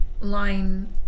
line